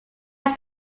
have